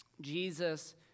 Jesus